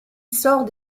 sort